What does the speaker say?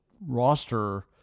roster –